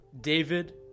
David